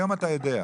היום אתה יודע.